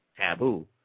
taboo